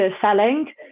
selling